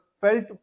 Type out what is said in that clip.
felt